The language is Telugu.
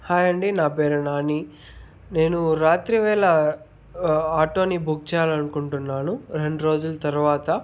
హాయ్ అండి నా పేరు నాని నేను రాత్రివేళ ఆటోని బుక్ చేయాలనుకుంటున్నాను రెండు రోజులు తర్వాత